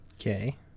Okay